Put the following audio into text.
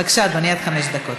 בבקשה, אדוני, עד חמש דקות.